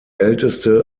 älteste